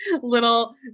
little